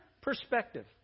perspective